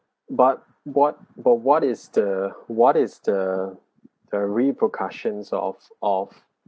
but what but what is the what is the the repercussions of of